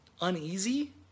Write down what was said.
uneasy